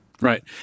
Right